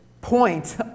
point